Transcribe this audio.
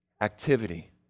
activity